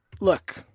Look